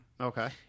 Okay